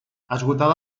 esgotada